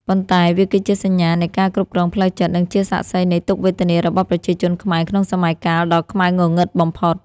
ប៉ុន្តែវាគឺជាសញ្ញានៃការគ្រប់គ្រងផ្លូវចិត្ត និងជាសាក្សីនៃទុក្ខវេទនារបស់ប្រជាជនខ្មែរក្នុងសម័យកាលដ៏ខ្មៅងងឹតបំផុត។